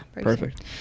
Perfect